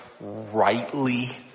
rightly